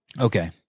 Okay